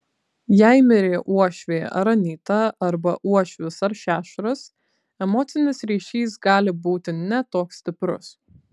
jei mirė uošvė ar anyta arba uošvis ar šešuras emocinis ryšys gali būti ne toks stiprus